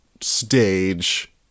stage